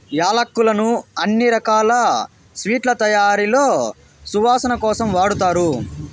యాలక్కులను అన్ని రకాల స్వీట్ల తయారీలో సువాసన కోసం వాడతారు